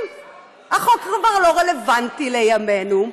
אם החוק כבר לא רלוונטי לימינו,